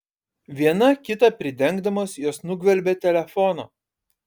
viena kitą pridengdamos jos nugvelbė telefoną